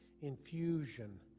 infusion